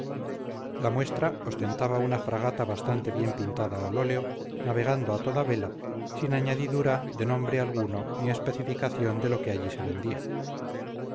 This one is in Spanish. la muestra ostentaba una fragata bastante bien pintada al óleo navegando a toda vela sin añadidura de nombre alguno ni especificación de lo que allí se vendía